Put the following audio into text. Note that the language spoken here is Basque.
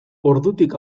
ordutik